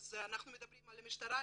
אנחנו מדברים על המשטרה.